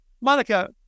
Monica